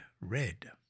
red